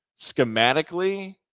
schematically